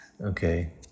Okay